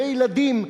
וילדים,